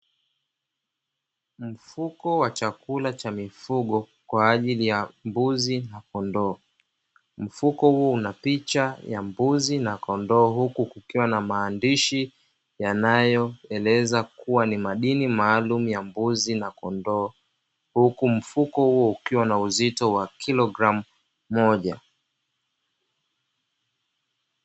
Mfuko wa chakula cha mifugo kwa ajili ya mbuzi na kondoo, mfuko huu una picha ya mbuzi na kondoo huku kukiwa na maandishi, Yanayoeleza kuwa ni madini maalumu ya mbuzi na kondoo, huku mfuko huo ukiwa na uzito wa kilogramu moja.